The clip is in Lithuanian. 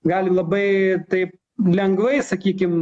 gali labai taip lengvai sakykim